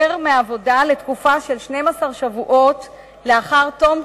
מהעבודה לתקופה של 12 שבועות לאחר תום